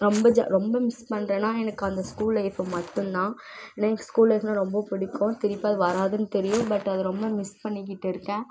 ரொம்ப ஜ ரொம்ப மிஸ் பண்ணுறேன்னா எனக்கு அந்த ஸ்கூல் லைஃபை மட்டுந்தான் ஏன்னா எனக்கு ஸ்கூல் லைஃப்னால் ரொம்ப பிடிக்கும் திருப்பி அது வராதுன்னு தெரியும் பட் அது ரொம்ப மிஸ் பண்ணிக்கிட்டு இருக்கேன்